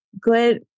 good